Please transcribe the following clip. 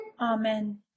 Amen